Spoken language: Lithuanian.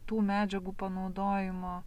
tų medžiagų panaudojimo